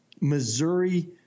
missouri